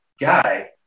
guy